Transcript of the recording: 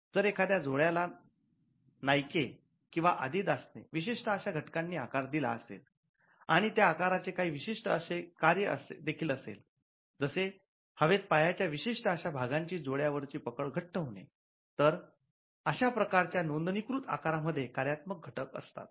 जर एखाद्या जोडयाला नाइके किंवा आदिदास ने विशिष्ट अशा घटकांनी आकार दिला असले आणि त्या आकाराचे चे काही विशिष्ट कार्य देखील असेल जसे हवेत पायाच्या विशिष्ट अशा भागांची जोडया वरची पकड घट्ट होणे तर अशा प्रकारच्या नोंदणीकृत आकार मध्ये कार्यात्मक घटक पण असतात